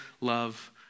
love